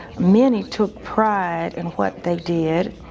many took pride in what they did,